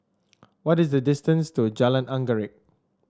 what is the distance to Jalan Anggerek